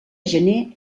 gener